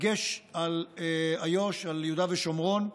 בדגש על איו"ש, על יהודה ושומרון.